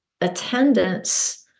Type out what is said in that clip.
attendance